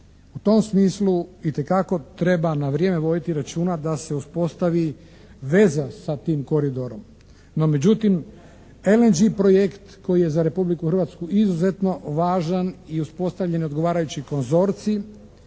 U tom smislu itekako treba na vrijeme voditi računa da se uspostavi veza sa tim koridorom. No međutim … /Govornik se ne razumije./ … koji je za Republiku Hrvatsku izuzetno važan i uspostavljen je odgovarajući konzorcij